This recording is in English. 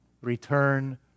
return